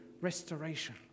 restoration